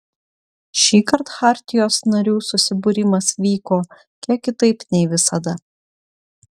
šįkart chartijos narių susibūrimas vyko kiek kitaip nei visada